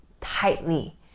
tightly